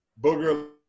Booger